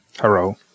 Hello